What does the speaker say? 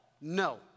No